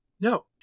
No